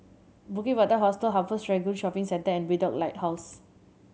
Bukit Batok Hostel Upper Serangoon Shopping Centre and Bedok Lighthouse